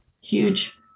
huge